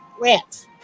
rats